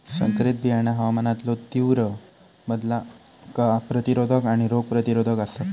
संकरित बियाणा हवामानातलो तीव्र बदलांका प्रतिरोधक आणि रोग प्रतिरोधक आसात